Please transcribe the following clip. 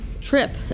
Trip